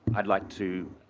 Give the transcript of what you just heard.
i'd like to